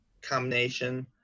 combination